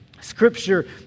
Scripture